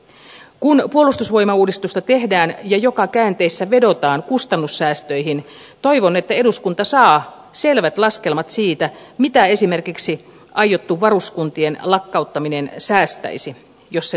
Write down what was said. kun puolustusvoimauudistusta tehdään ja joka käänteessä vedotaan kustannussäästöihin toivon että eduskunta saa selvät laskelmat siitä mitä esimerkiksi aiottu varuskuntien lakkauttaminen säästäisi jos se toteutetaan